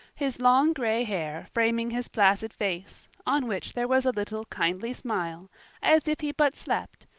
his long gray hair framing his placid face on which there was a little kindly smile as if he but slept,